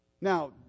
Now